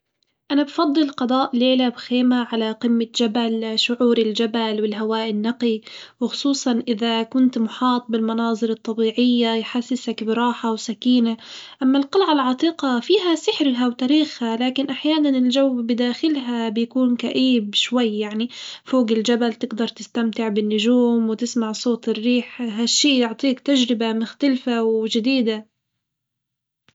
أنا بفضل قضاء ليلة بخيمة على قمة جبل، شعور الجبل والهواء النقي وخصوصًا إذا كنت محاط بالمناظر الطبيعية يحسسك براحة وسكينة، أما القلعة العتيقة فيها سحرها وتاريخها لكن أحيانًا الجو بداخلها بيكون كئيب شوي، يعني فوج الجبل تقدر تستمتع بالنجوم وتسمع صوت الريح، ها الشي يعطيك تجربة مختلفة وجديدة.